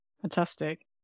Fantastic